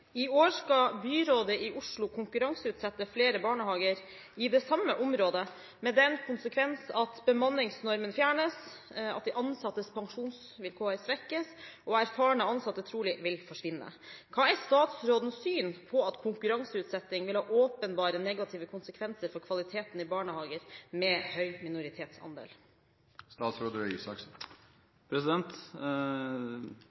I år skal byrådet i Oslo konkurranseutsette flere barnehager i det samme området med den konsekvens at bemanningsnormen fjernes, de ansattes pensjonsvilkår svekkes, og erfarne ansatte trolig vil forsvinne. Hva er statsrådens syn på at konkurranseutsetting vil ha åpenbare negative konsekvenser for kvaliteten i barnehager med høy minoritetsandel?»